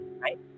right